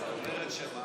זאת אומרת שלא